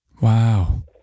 Wow